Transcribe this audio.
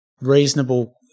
reasonable